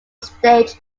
stage